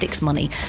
Money